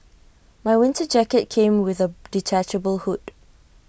my winter jacket came with A detachable hood